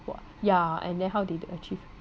what ya and then how they achieve